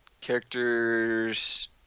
characters